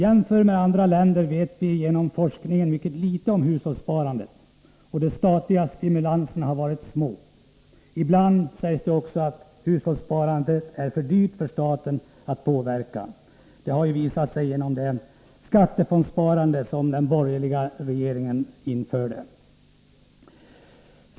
Jämfört med andra länder vet vi genom forskningen mycket litet om hushållssparandet, och de | statliga stimulanserna har varit små. Ibland sägs det också att hushållssparandet ”är för dyrt för staten att påverka”. Från bl.a. socialdemokratiskt håll har man t.ex. påtalat det skattefondssparande som den borgerliga regeringen införde.